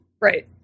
Right